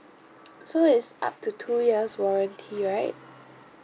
so it's up to two years warranty right